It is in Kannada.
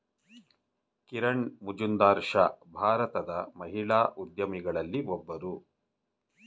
ಕಿರಣ್ ಮಜುಂದಾರ್ ಶಾ ಭಾರತದ ಮಹಿಳಾ ಉದ್ಯಮಿಗಳಲ್ಲಿ ಒಬ್ಬರು